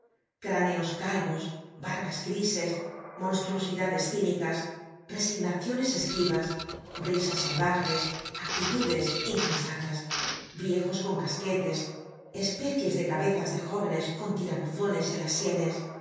cráneos calvos barbas grises monstruosidades cínicas resignaciones esquivas risas salvajes actitudes insensatas viejos con casquetes especies de cabezas de jóvenes con tirabuzones en las sienes